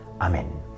Amen